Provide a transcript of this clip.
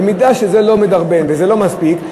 במידה שזה לא מדרבן וזה לא מספיק,